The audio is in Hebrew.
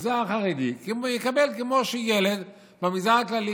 במגזר החרדי, יקבל כמו ילד במגזר הכללי.